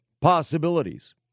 possibilities